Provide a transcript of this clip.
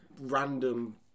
random